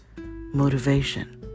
motivation